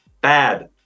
bad